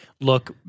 look